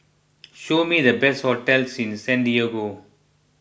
show me the best hotels in Santiago